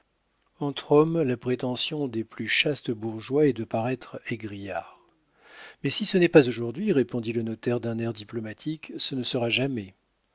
entre hommes la prétention des plus chastes bourgeois est de paraître égrillards mais si ce n'est pas aujourd'hui répondit le notaire d'un air diplomatique ce ne sera jamais